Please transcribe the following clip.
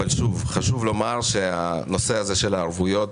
אבל חשוב לומר, שוב, שהנושא של הערבויות